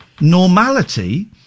normality